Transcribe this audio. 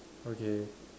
okay